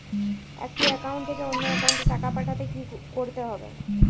একটি একাউন্ট থেকে অন্য একাউন্টে টাকা পাঠাতে কি করতে হবে?